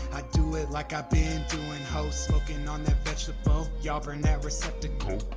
i do it like i've been doing house smoking on that vegetable y'all burn that receptacle